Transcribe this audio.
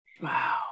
Wow